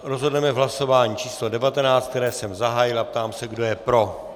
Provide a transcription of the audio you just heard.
Rozhodneme v hlasování číslo 19, které jsem zahájil, a ptám se, kdo je pro.